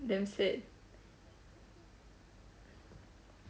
damn sad